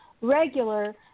regular